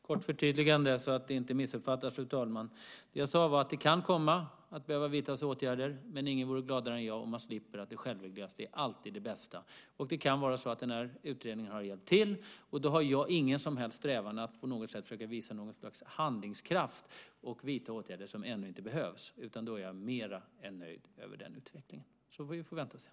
Fru talman! Jag vill bara göra ett kort förtydligande så att det inte missuppfattas: Det jag sade var att det kan komma att behöva vidtas åtgärder men att ingen vore gladare än jag om man slipper. Att det självregleras är alltid det bästa. Det kan vara så att denna utredning har hjälpt till. Då har jag ingen som helst strävan att på något sätt försöka visa något slags handlingskraft och vidta åtgärder som ännu inte behövs, utan då är jag mer än nöjd med den utvecklingen. Vi får vänta och se.